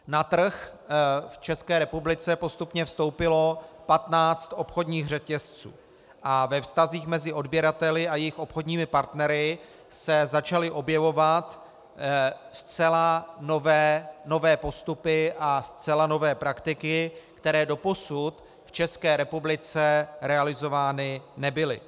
Na trh v České republice postupně vstoupilo 15 obchodních řetězců a ve vztazích mezi odběrateli a jejich obchodními partnery se začaly objevovat zcela nové postupy a zcela nové praktiky, které doposud v České republice realizovány nebyly.